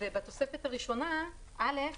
ובתוספת הראשונה א'